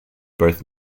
both